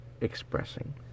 expressing